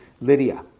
lydia